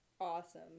awesome